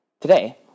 Today